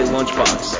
Lunchbox